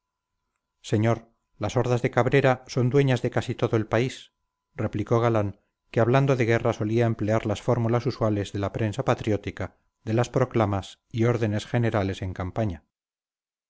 señor las hordas de cabrera son dueñas de casi todo el país replicó galán que hablando de guerra solía emplear las fórmulas usuales de la prensa patriótica de las proclamas y órdenes generales en campaña